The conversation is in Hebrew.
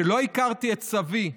לא הכרתי את סבי,